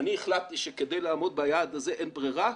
אני החלטתי שכדי לעמוד ביעד הזה, אין ברירה,